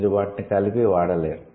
మీరు వాటిని కలిపి వాడలేరు